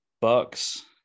Bucks